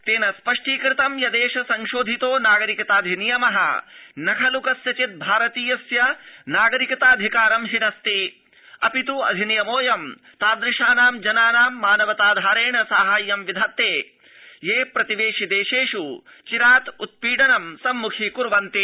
तेन स्पष्टीकृतं यदेष संशोधितो नागरिकता अधिनियम न खल् कस्यचिद् भारतीयस्य नागरिकताऽधिकारं हिनस्ति अपितु अधिनियमोऽयं तादृशानां जनानां मानवताधारेण साहाय्यं विधत्ते ये प्रतिवेशि देशेष् चिरातु उत्पीडनानि संमुखीकुर्वाणा सन्ति